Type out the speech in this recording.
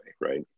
right